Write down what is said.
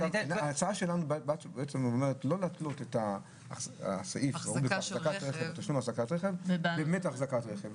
ההצעה שלנו היא לא להתלות את התשלום על החזקת רכב בהחזקת רכב.